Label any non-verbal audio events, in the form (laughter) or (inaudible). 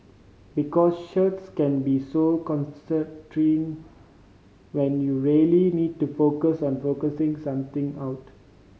because shirts can be so (unintelligible) when you really need to focus on focusing something out